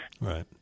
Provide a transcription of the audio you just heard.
right